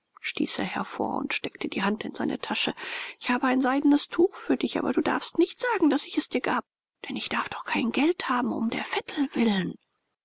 er hervor und steckte die hand in seine tasche ich habe ein seidenes tuch für dich aber du darfst nicht sagen daß ich es dir gab denn ich darf doch kein geld haben um der vettel willen